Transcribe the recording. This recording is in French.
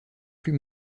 plus